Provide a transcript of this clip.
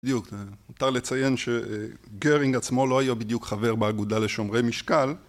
בדיוק, נותר לציין שגרינג עצמו לא היה בדיוק חבר באגודה לשומרי משקל